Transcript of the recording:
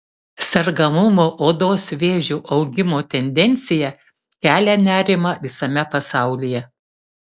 sergamumo odos vėžiu augimo tendencija kelia nerimą visame pasaulyje